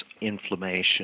inflammation